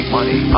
Money